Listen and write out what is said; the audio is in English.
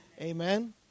Amen